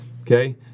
Okay